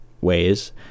ways